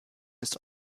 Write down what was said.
ist